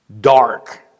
dark